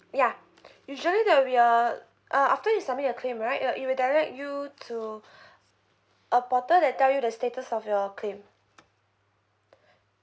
ya usually there'll be a uh after you submit your claim right uh it will direct to you to a portal that tell you the status of your claim